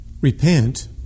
Repent